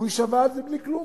הוא יישבע בלי כלום.